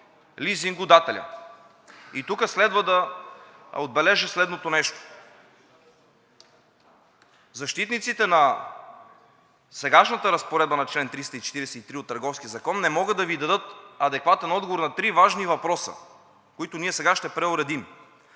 лизингодателят. И тук следва да отбележа следното нещо: защитниците на сегашната разпоредба на чл. 343 от Търговския закон не могат да Ви дадат адекватен отговор на три важни въпроса, които ние сега ще преуредим.